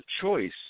choice